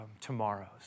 tomorrows